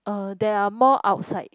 uh there are more outside